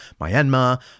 Myanmar